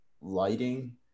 lighting